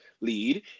lead